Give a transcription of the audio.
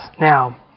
Now